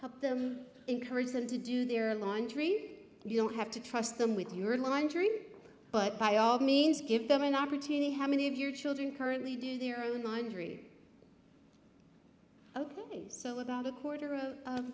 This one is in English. help them encourage them to do their laundry you don't have to trust them with your laundry but by all means give them an opportunity how many of your children currently do their own mind three ok so about a quarter